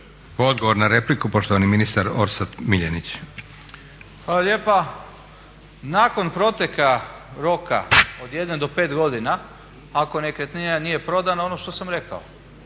Odgovor na repliku poštovani ministar Orsat Miljenić. **Miljenić, Orsat** Hvala lijepa. Nakon proteka roka od jedne do pet godina ako nekretnina nije prodana, ono što sam rekao,